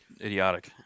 idiotic